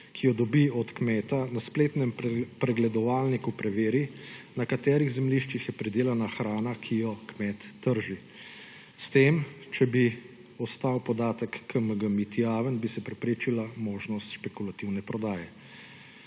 ki jo dobi od kmeta, na spletnem pregledovalniku preveri, na katerih zemljiščih je pridelana hrana, ki jo kmet trži. Če bi ostal podatek KMG-MID javen, bi se s tem preprečila možnost špekulativne prodaje.